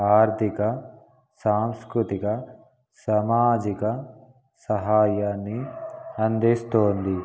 ఆర్థిక సాంస్కృతిక సామాజిక సహాయాన్ని అందిస్తోంది